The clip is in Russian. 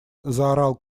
заорал